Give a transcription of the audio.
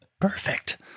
perfect